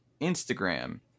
Instagram